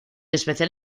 especial